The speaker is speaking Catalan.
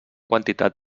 quantitat